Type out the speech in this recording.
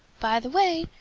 by the way,